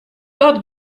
dat